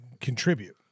contribute